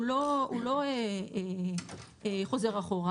הוא לא חוזר אחורה,